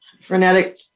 frenetic